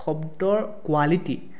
শব্দৰ কোৱালিটি